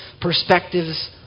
perspectives